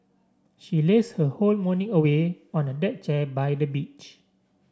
she lazed her whole morning away on a deck chair by the beach